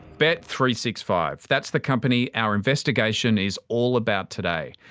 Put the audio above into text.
but three six five. that's the company our investigation is all about today.